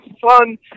fun